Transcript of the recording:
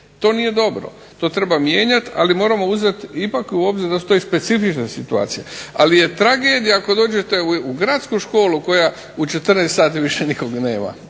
To nije dobro, to treba mijenjat ali moramo uzet ipak u obzir da su to i specifične situacije. Ali je tragedija ako dođete u gradsku školu u kojoj u 14 sati više nikog nema,